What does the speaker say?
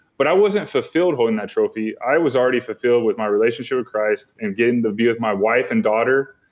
but i wasn't fulfilled holding that trophy. i was already fulfilled with my relationship with christ and getting to be with my wife and daughter.